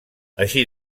així